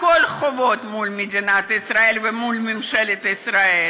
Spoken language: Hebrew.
הכול חובות מול מדינת ישראל ומול ממשלת ישראל,